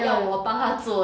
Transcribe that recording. ah